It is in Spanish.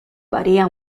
varía